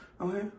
Okay